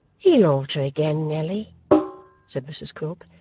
he'll alter again, nelly said mrs quilp,